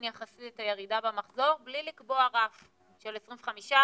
יחסי את הירידה במחזור בלי לקבוע רף של 25%,